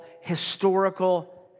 historical